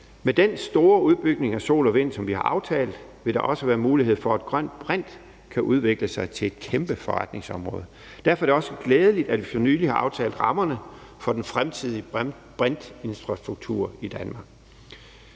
Med den store udbygning af sol- og vindenergi, som vi har aftalt, vil der også være mulighed for, at grøn brint kan udvikle sig til et kæmpe forretningsområde. Derfor er det også glædeligt, at vi for nylig har aftalt rammerne for den fremtidige brintinfrastruktur i Danmark.